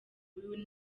uyu